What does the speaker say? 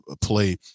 play